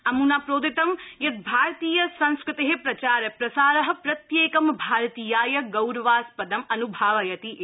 अमुना प्रोदितं यत् भारतीय संस्कृते प्रचास्प्रसार प्रत्येकं भारतीयाय गौरवास्पदं अनुभावयति इति